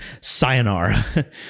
Sayonara